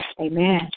Amen